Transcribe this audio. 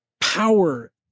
power